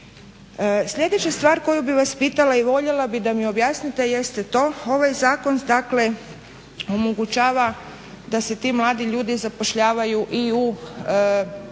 Sljedeća stvar koju bih vas pitala i voljela bih da mi objasnite jeste to, ovaj zakon omogućava da se ti mladi ljudi zapošljavaju i u